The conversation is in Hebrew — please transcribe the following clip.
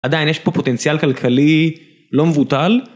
עדיין יש פה פוטנציאל כלכלי לא מבוטל?